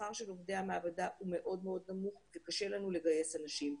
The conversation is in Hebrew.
השכר של עובדי המעבדה מאוד נמוך וקשה לנו לגייס אנשים.